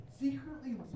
secretly